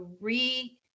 re